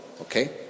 Okay